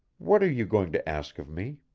what are you going to ask of me?